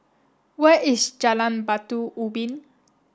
where is Jalan Batu Ubin